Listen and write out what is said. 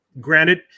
granted